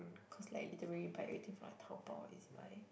cause like I literally buy everything from like Taobao or Ezbuy